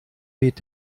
weht